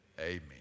Amen